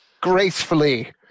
Gracefully